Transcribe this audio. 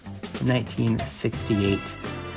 1968